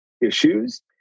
issues